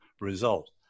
result